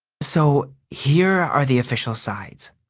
so here are the official sides,